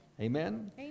Amen